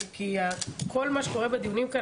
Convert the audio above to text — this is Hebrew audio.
כי כל מה שקורה כאן,